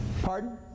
Pardon